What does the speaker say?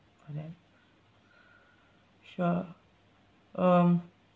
for that sure um